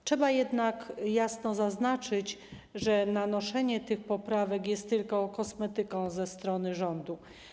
Trzeba jednak jasno zaznaczyć, że nanoszenie tych poprawek jest tylko kosmetyką ze strony rządu.